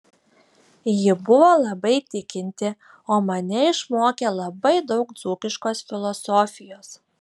ji buvo labai tikinti o mane išmokė labai daug dzūkiškos filosofijos